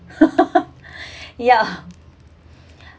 yeah